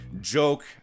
joke